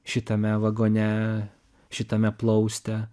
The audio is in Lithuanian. šitame vagone šitame plauste